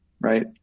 Right